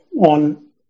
on